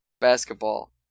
basketball